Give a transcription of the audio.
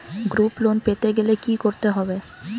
Group loan পেতে গেলে কি করতে হবে?